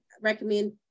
recommend